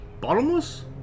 Bottomless